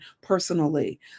personally